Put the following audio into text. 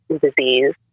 disease